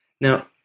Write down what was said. Now